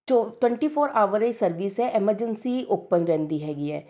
ਜੋ twenty four hour service ਹੈ emergency open ਰਹਿੰਦੀ ਹੈਗੀ ਹੈ